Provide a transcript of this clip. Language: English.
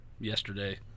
yesterday